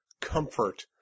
comfort